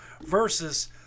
versus